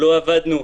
לא עבדנו,